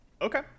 Okay